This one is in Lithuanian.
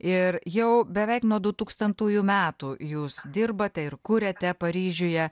ir jau beveik nuo dutūkstantųjų metų jūs dirbate ir kuriate paryžiuje